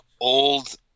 old